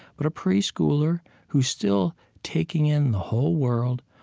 but a preschooler who's still taking in the whole world.